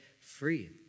free